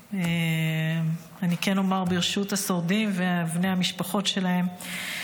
ואני כן אומר: ברשות השורדים ובני המשפחות שלהם,